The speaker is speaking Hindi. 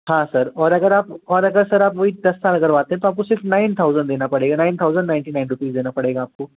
हाँ सर और अगर आप और अगर सर आप वही दस साल करवाते हैं तो आपको सिर्फ़ नाइन थाउज़ेंड देना पड़ेगा nine thousand ninety nine rupee देना पड़ेगा आपको